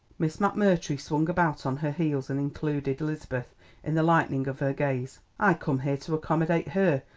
miss mcmurtry swung about on her heels and included elizabeth in the lightning of her gaze. i come here to accomydate her,